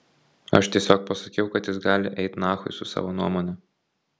aš tiesiog pasakiau kad jis gali eit nachui su savo nuomone